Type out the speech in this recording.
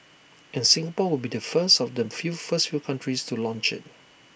and Singapore will be first of the first few countries to launch IT